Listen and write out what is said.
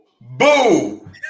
boo